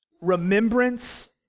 remembrance